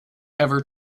ever